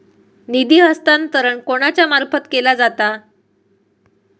निधी हस्तांतरण कोणाच्या मार्फत केला जाता?